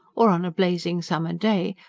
or on a blazing summer day,